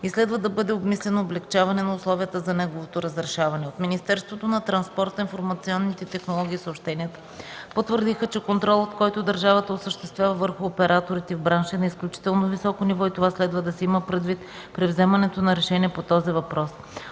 и следва да бъде обмислено облекчаване на условията за неговото разрешаване. От Министерството на транспорта информационните технологии и съобщенията потвърдиха, че контролът, който държавата осъществява върху операторите в бранша е на изключително високо ниво и това следва да се има предвид при вземането на решение по този въпрос.